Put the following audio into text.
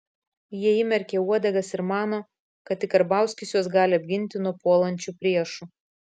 jie įmerkė uodegas ir mano kad tik karbauskis juos gali apginti nuo puolančių priešų